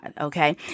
Okay